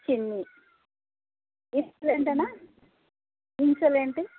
చిన్ని ఇనిషియల్ ఏంటి అన్నా ఇనిషియల్ ఏంటి